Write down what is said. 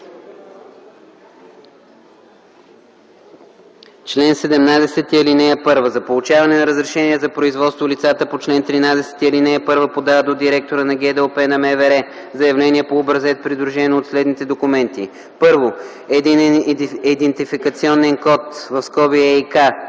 “Чл. 17. (1) За получаване на разрешение за производство лицата по чл. 13, ал. 1 подават до директора на ГДОП на МВР заявление по образец, придружено от следните документи: 1. Единен идентификационен код (ЕИК),